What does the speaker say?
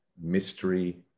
mystery